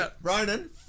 Ronan